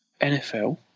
NFL